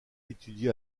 étudie